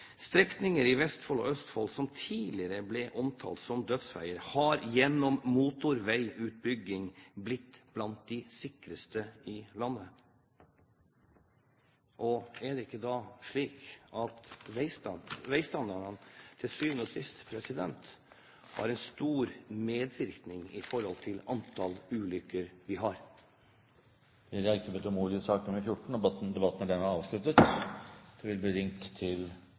Strekninger i Vestfold og Østfold som tidligere ble omtalt som dødsveier, har gjennom motorveiutbygging blitt blant de sikreste i landet. Er det ikke da slik at veistandarden til sjuende og sist har en stor medvirkning når det gjelder antall ulykker vi har? Flere har ikke bedt om ordet til sak nr. 14. Vi går til votering i dagens saker. Under debatten